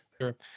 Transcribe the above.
Sure